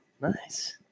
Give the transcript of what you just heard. Nice